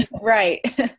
Right